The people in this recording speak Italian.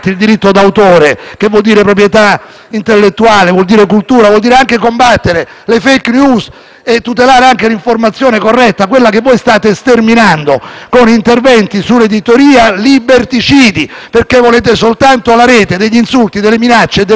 e tutelare anche l'informazione corretta, quella che voi state sterminando con interventi sull'editoria liberticidi. Volete soltanto la Rete degli insulti, delle minacce e delle bugie, salvo poi lamentarvi quando vi si ritorce contro in maniera anche inaccettabile (e lo abbiamo visto).